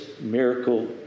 miracle